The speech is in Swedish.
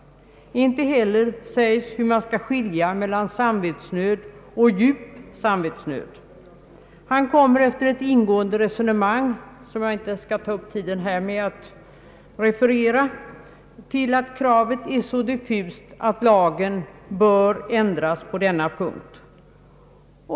Inte heller sägs hur man skall skilja mellan samvetsnöd och djup samvetsnöd. Han kommer efter ett ingående resonemang — jag skall inte ta upp tiden här med att referera det — fram till att begreppet är så diffust att lagen bör ändras på denna punkt.